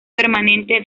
permanente